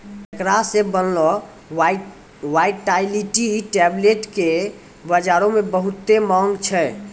एकरा से बनलो वायटाइलिटी टैबलेट्स के बजारो मे बहुते माँग छै